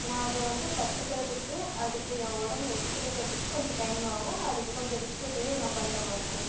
நான் அதை வந்து கற்றுக்கறதுக்கு அதுக்கு ஏன் உடம்பு ஒத்துழைக்கறதுக்கு கொஞ்சம் டைம் ஆகும் நான் அதுக்கு கொஞ்சம் ரிஸ்க் எடுத்து தான் அதை நான் பண்ணுற மாதிரி இருக்கும்